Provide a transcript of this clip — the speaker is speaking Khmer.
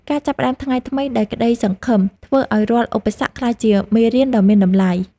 ការចាប់ផ្តើមថ្ងៃថ្មីដោយក្តីសង្ឃឹម ធ្វើឱ្យរាល់ឧបសគ្គក្លាយជាមេរៀនដ៏មានតម្លៃ។